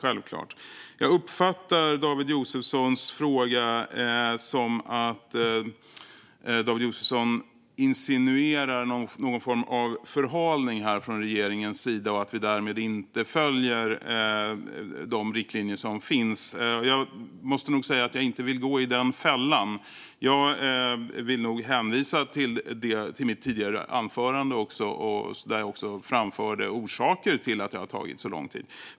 Jag uppfattar David Josefssons fråga som att han insinuerar någon form av förhalning från regeringens sida och att vi därmed inte följer de riktlinjer som finns. Jag vill inte gå i den fällan utan hänvisar till mitt anförande där jag också framförde orsaker till att det har tagit så lång tid.